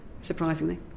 Surprisingly